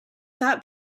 that